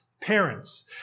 parents